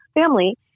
family